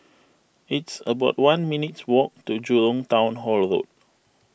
it's about one minutes' walk to Jurong Town Hall Road